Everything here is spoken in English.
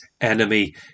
enemy